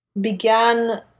began